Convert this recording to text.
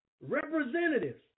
Representatives